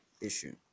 issue